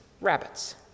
rabbits